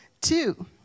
Two